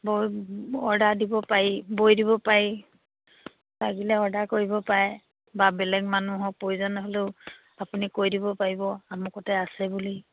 ব অৰ্ডাৰ দিব পাৰি বৈ দিব পাৰি লাগিলে অৰ্ডাৰ কৰিব পাৰে বা বেলেগ মানুহক প্ৰয়োজন হ'লেও আপুনি কৈ দিব পাৰিব আমুকতে আছে বুলি